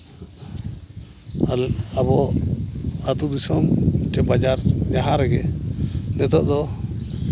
ᱟᱞᱮ ᱟᱵᱚ ᱟᱛᱳ ᱫᱤᱥᱚᱢ ᱪᱮ ᱵᱟᱡᱟᱨ ᱡᱟᱦᱟᱸ ᱨᱮᱜᱮ ᱱᱤᱛᱚᱜ ᱫᱚ